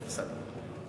סליחה.